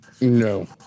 no